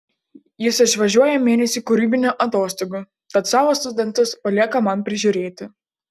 jis išvažiuoja mėnesiui kūrybinių atostogų tad savo studentus palieka man prižiūrėti